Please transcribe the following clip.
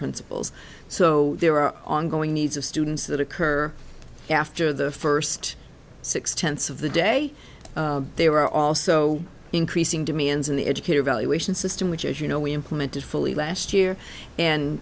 principals so there are ongoing needs of students that occur after the first six tenth's of the day they were also increasing demands in the educator evaluation system which as you know we implemented fully last year and